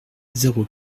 zéro